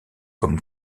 comme